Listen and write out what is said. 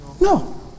No